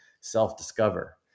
self-discover